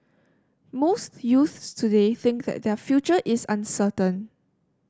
most youths today think that their future is uncertain